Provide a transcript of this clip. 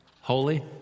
holy